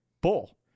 bull